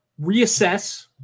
reassess